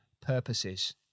purposes